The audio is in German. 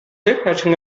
seepferdchen